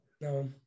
No